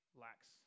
lacks